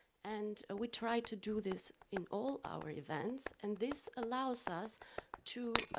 and we try to do this in all our events and this allows us to,